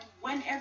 whenever